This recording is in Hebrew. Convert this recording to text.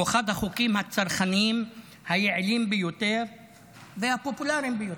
הוא אחד החוקים הצרכניים היעילים ביותר והפופולריים ביותר.